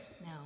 No